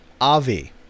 Avi